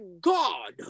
God